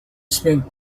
spend